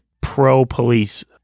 pro-police